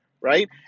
right